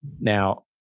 Now